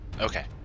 Okay